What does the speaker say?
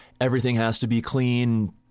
everything-has-to-be-clean